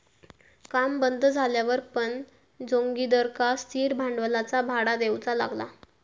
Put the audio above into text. काम बंद झाल्यावर पण जोगिंदरका स्थिर भांडवलाचा भाडा देऊचा लागला